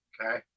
Okay